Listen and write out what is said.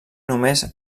només